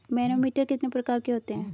Manometer कितने प्रकार के होते हैं?